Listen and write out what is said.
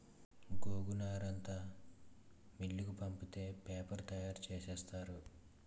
గోగునారంతా మిల్లుకు పంపితే పేపరు తయారు సేసేత్తారు